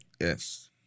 Yes